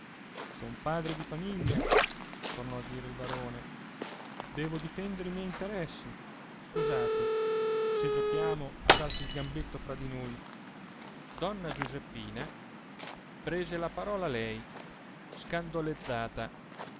occhi son padre di famiglia tornò a dire il barone devo difendere i miei interessi scusate se giochiamo a darci il gambetto fra di noi donna giuseppina prese la parola lei scandolezzata